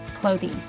clothing